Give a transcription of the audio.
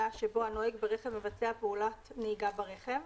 שבו הנוהג ברכב מבצע פעולת נהיגה ברכב,